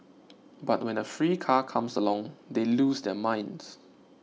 but when a free car comes along they lose their minds